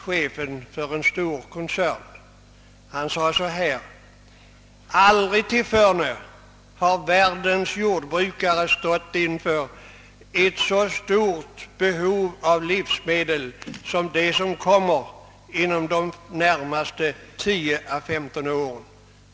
Chefen för en stor koncern sade: Aldrig till förne har världens jordbrukare stått inför en så stor efterfrågan på livsmedel som den som kommer inom de närmaste 10 å 15 åren.